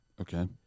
Okay